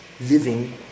living